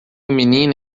menina